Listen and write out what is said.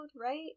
right